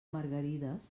margarides